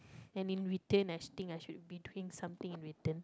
and in return I think I should be doing something in return